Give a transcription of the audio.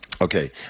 Okay